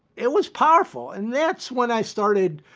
it was powerful. and that's when i started